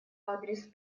адрес